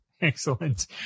Excellent